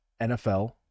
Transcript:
NFL